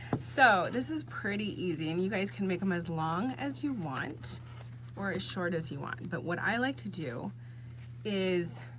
so, this is pretty easy and you guys can make them as long as you want or as short as you want. but what i like to do is,